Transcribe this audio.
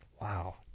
Wow